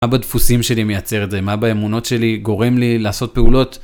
מה בדפוסים שלי מייצר את זה? מה באמונות שלי גורם לי לעשות פעולות?